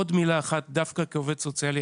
עוד מילה אחת דווקא כעובד סוציאלי.